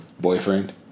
Boyfriend